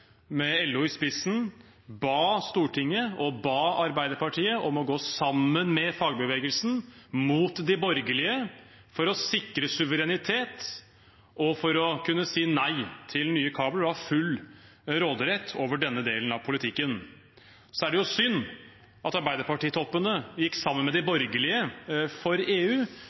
med LO i spissen ba Stortinget og Arbeiderpartiet om å gå sammen med fagbevegelsen mot de borgerlige for å sikre suverenitet og kunne si nei til nye kabler og ha full råderett over denne delen av politikken. Det er synd at Arbeiderparti-toppene gikk sammen med de borgerlige for EU,